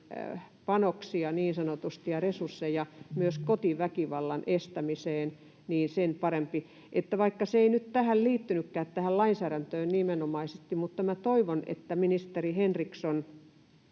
panoksia, niin sanotusti, ja resursseja myös kotiväkivallan estämiseen, niin sitä parempi. Vaikka se ei nyt liittynytkään tähän lainsäädäntöön nimenomaisesti, niin minä toivon, että ministeri Henriksson